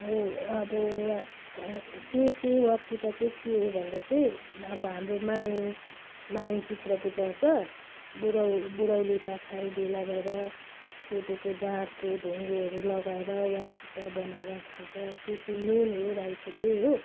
हो अब त्यो चाहिँ वाचिपा चाहिँ के हो भन्दा चाहिँ अब हाम्रो माग माग पित्र बुझाउँछ बुढो बुढ्यौली पाखाहरू भेला भएर कोदोको जाँडको ढुङ्ग्रोहरू लगाएर वाचिपा बनाएर खान्छ त्यो चाहिँ मेन हो राईको चाहिँ हो